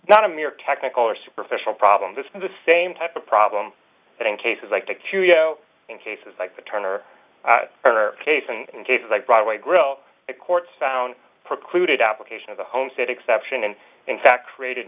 not a mere technical or superficial problem this is the same type of problem that in cases like the curio in cases like the turner her case and in cases like broadway grill courts found precluded application of the homestead exception and in fact created